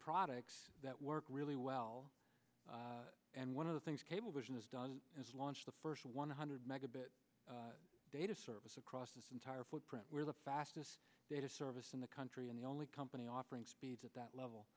products that work really well and one of the things cablevision has done is launch the first one hundred megabit data service across this entire footprint where the fastest data service in the country and the only company offering speeds at that level